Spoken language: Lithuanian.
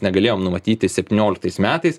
negalėjom numatyti septynioliktais metais